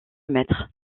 maître